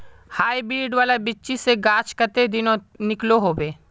Hybrid वाला बिच्ची से गाछ कते दिनोत निकलो होबे?